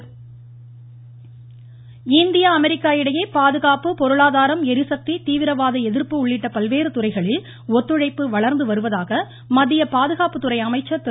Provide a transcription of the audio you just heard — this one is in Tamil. ராஜ்நாத்சிங் இந்தியா அமெரிக்கா இடையே பாதுகாப்பு பொருளாதாரம் ளிசக்தி தீவிரவாத எதிர்ப்பு உள்ளிட்ட பல்வேறு துறைகளில் ஒத்துழைப்பு வளர்ந்து வருவதாக மத்திய பாதுகாப்புத் துறை அமைச்சர் திரு